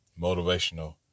motivational